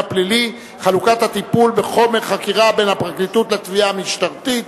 הפלילי (חלוקת הטיפול בחומר חקירה בין הפרקליטות לתביעה המשטרתית)